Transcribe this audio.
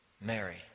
Mary